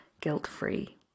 guilt-free